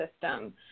system